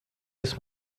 des